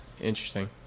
interesting